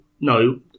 no